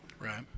Right